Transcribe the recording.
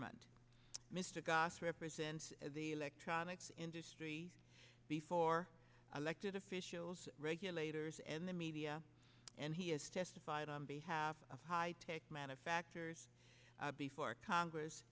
procurement mr goss represents the electronics industry before elected officials regulators and the media and he has testified on behalf of high tech manufactures before congress